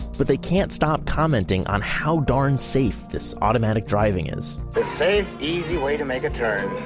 but they can't stop commenting on how darn safe this automatic driving is the safe, easy way to make a turn.